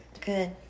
Good